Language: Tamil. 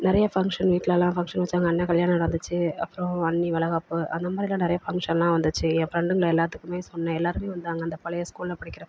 நிறைய ஃபங்க்ஷன் வீட்டிலலாம் ஃபங்க்ஷன் வெச்சாங்க அண்ணன் கல்யாணம் நடந்துச்சு அப்புறம் அண்ணி வளைகாப்பு அந்த மாதிரிலாம் நிறைய ஃபங்க்ஷன்லாம் வந்துச்சு என் ஃப்ரெண்டுங்களை எல்லோத்துக்குமே சொன்னேன் எல்லோருமே வந்தாங்க அந்த பழைய ஸ்கூலில் படிக்கிற ஃப்ரெண்டு